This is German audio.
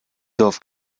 dorf